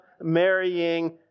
marrying